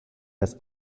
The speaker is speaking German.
das